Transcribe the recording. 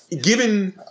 given